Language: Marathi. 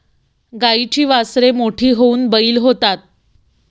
गाईची वासरे मोठी होऊन बैल होतात